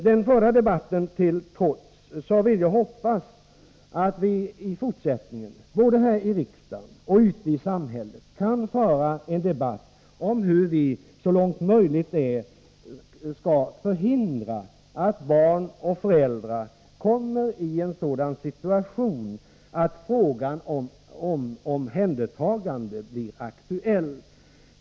Den förda debatten till trots vill jag hoppas att vi i fortsättningen, både här i riksdagen och ute i samhället, kan föra en debatt om hur vi så långt som möjligt skall kunna förhindra att barn och föräldrar kommer i en sådan situation att frågan om omhändertagande blir aktuell.